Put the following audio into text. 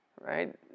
right